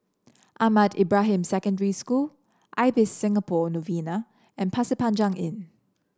Ahmad Ibrahim Secondary School Ibis Singapore Novena and Pasir Panjang Inn